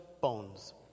bones